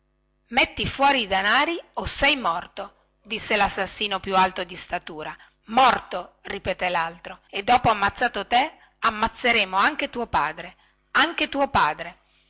metti fuori i denari o sei morto disse lassassino più alto di statura morto ripeté laltro e dopo ammazzato te ammazzeremo anche tuo padre anche tuo padre